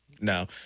no